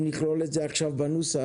אם נכלול את זה עכשיו בנוסח